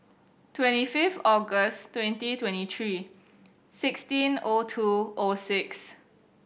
twenty five August twenty twenty three sixteen zero two zero six